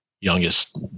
youngest